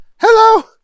Hello